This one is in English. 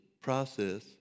process